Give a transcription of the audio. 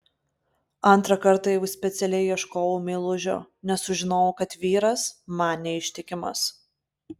antrą kartą jau specialiai ieškojau meilužio nes sužinojau kad vyras man neištikimas